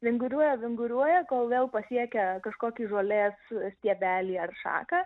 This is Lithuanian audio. vinguriuoja vinguriuoja kol vėl pasiekia kažkokį žolės stiebelį ar šaką